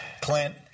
Clint